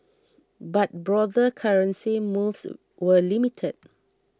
but broader currency moves were limited